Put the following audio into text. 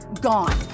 gone